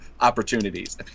opportunities